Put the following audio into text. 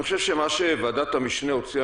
אני חושב שמה שוועדת המשנה הוציאה